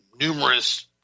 numerous